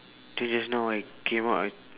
then just now I came out I